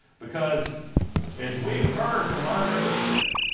because as we heard from our membership,